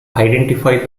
identified